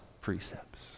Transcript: precepts